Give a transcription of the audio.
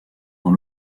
dans